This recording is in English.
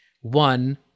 One